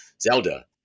Zelda